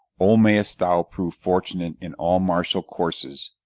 o, mayst thou prove fortunate in all martial courses!